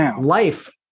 life